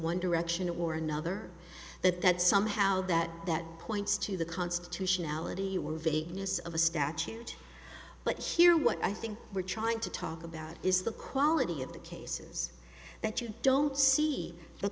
one direction or another that that somehow that that points to the constitutionality were vagueness of a statute but here what i think we're trying to talk about is the quality of the cases that you don't see the